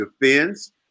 defends